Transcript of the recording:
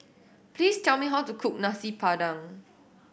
please tell me how to cook Nasi Padang